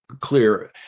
clear